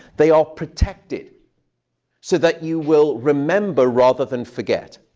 they are protected so that you will remember rather than forget.